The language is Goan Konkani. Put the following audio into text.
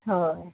हय